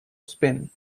spin